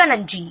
மிக்க நன்றி